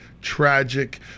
tragic